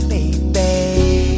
Baby